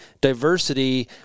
diversity